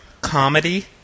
Comedy